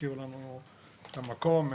השכירו לנו את המקום,